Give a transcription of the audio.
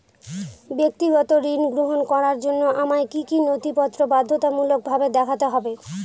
ব্যক্তিগত ঋণ গ্রহণ করার জন্য আমায় কি কী নথিপত্র বাধ্যতামূলকভাবে দেখাতে হবে?